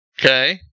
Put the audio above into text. Okay